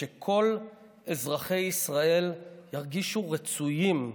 שכל אזרחי ישראל ירגישו רצויים,